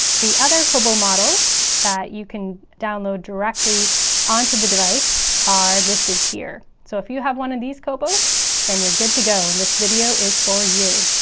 the other kobo models that you can download directly onto the device are listed here so if you have one of these kobos then you're good to go. and this video is for you.